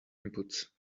inputs